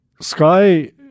Sky